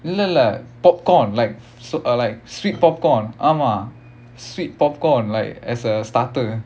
இல்ல இல்ல:illa illa popcorn like s~ uh like sweet popcorn ஆமா:aamaa sweet popcorn like as a starter